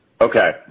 Okay